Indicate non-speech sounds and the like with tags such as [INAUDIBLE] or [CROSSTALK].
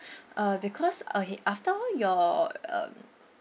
[BREATH] uh because uh he after all your um